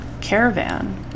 caravan